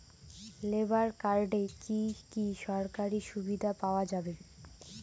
Labour কার্ডে কি কি সরকারি সুবিধা পাওয়া যাবে?